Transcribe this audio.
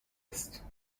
است